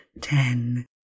ten